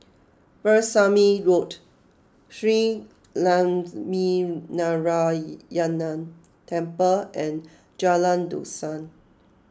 Veerasamy Road Shree Lakshminarayanan Temple and Jalan Dusun